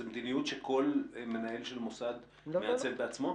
זו מדיניות שכל מנהל של מוסד מעצב בעצמו?